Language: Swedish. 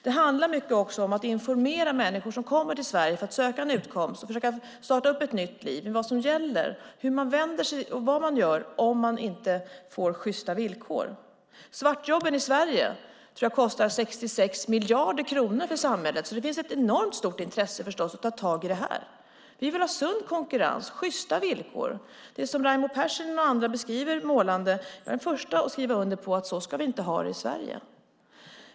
Det handlar också mycket om att informera människor som kommer till Sverige för att söka en utkomst och försöka starta ett nytt liv om vad som gäller, vart de ska vända sig och vad de ska göra om de inte får sjysta villkor. Svartjobben i Sverige kostar omkring 66 miljarder kronor för samhället. Det finns därför ett enormt stort intresse för att ta tag i detta. Vi vill ha sund konkurrens och sjysta villkor. Det som Raimo Pärssinen och andra målande beskriver är jag den första att skriva under på att vi inte ska ha i Sverige.